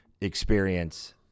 experience